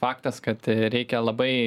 faktas kad reikia labai